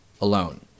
alone